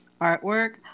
artwork